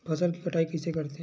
फसल के कटाई कइसे करथे?